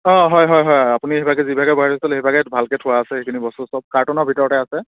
অঁ হয় হয় হয় আপুনি সেইভাগে যিভাগে ভৰাই থৈছিলে সেইভাগে ভালকে থোৱা আছে সেইখিনি বস্তু চস্তু কাৰ্টনৰ ভিতৰতে আছে